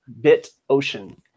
BitOcean